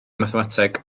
mathemateg